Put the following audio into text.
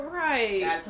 right